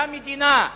באותה מדינה,